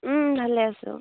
ভালে আছোঁ